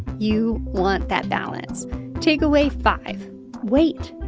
you want that balance takeaway five wait.